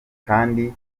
kdi